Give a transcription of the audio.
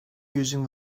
using